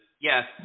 yes